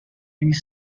his